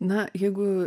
na jeigu